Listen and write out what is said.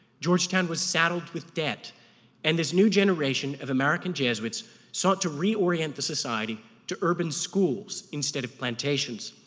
georgetown was saddled with debt and this new generation of american jesuits sought to reorient the society to urban schools instead of plantations.